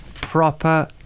proper